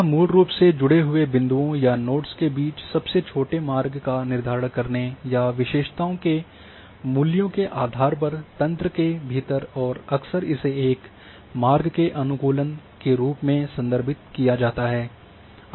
यह मूल रूप से जुड़े हुए बिंदुओं या नोड्स के बीच सबसे छोटे मार्ग का निर्धारण करने या विशेषताओं के मूल्यों के आधार पर तंत्र के भीतर और अक्सर इसे एक मार्ग के अनुकूलन के रूप में संदर्भित किया जाता है